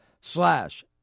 slash